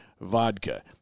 Vodka